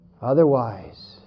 Otherwise